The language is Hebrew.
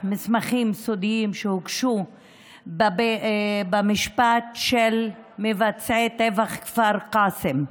מסמכים סודיים שהוגשו במשפט של מבצעי טבח כפר קאסם,